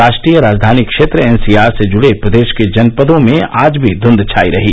राष्ट्रीय राजधानी क्षेत्र एनसीआर से जुड़े प्रदेश के जनपदों में आज भी घूंध छायी रही